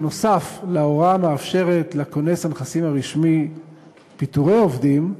בנוסף להוראה המאפשרת לכונס הנכסים הרשמי פיטורי עובדים,